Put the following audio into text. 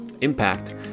impact